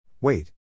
Wait